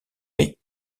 mais